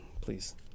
Please